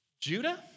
Judah